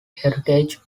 heritage